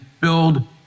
build